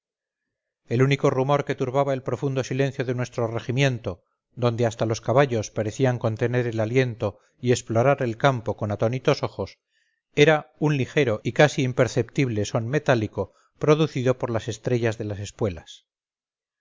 el único rumor que turbaba el profundo silencio de nuestro regimiento donde hasta los caballos parecían contener el aliento y explorar el campo con atónitos ojos era un ligero y casi imperceptible son metálico producido por las estrellas de las espuelas